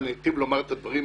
היטיב לומר את הדברים